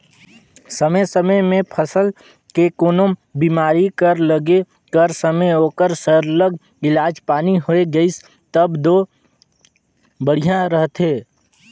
समे समे में फसल के कोनो बेमारी कर लगे कर समे ओकर सरलग इलाज पानी होए गइस तब दो बड़िहा रहथे